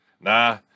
Nah